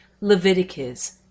Leviticus